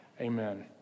amen